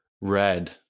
Red